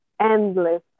endless